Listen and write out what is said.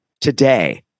today